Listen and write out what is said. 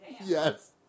Yes